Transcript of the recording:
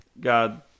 God